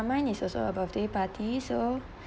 mine is also a birthday party so